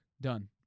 done